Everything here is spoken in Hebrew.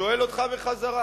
ושואל אותך בחזרה